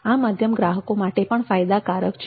આ માધ્યમ ગ્રાહકો માટે પણ ફાયદાકારક છે